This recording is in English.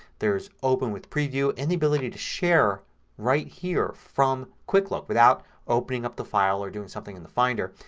there's open with preview and the ability to share right here from quick look without opening up the file or doing something in the finder.